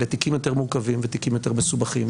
אלה תיקים יותר מורכבים ותיקים יותר מסובכים.